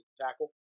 Tackle